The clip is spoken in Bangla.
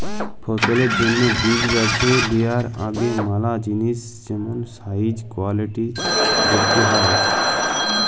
ফসলের জ্যনহে বীজ বাছে লিয়ার আগে ম্যালা জিলিস যেমল সাইজ, কোয়ালিটিজ দ্যাখতে হ্যয়